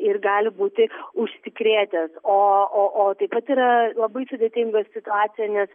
ir gali būti užsikrėtęs o o o taip yra labai sudėtinga situacija nes